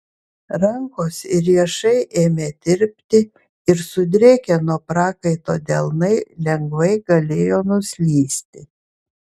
rankos ir riešai ėmė tirpti ir sudrėkę nuo prakaito delnai lengvai galėjo nuslysti